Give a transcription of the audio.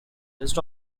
list